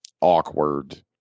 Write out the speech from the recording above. awkward